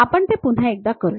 आपण ते पुन्हा एकदा करूया